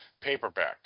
Paperback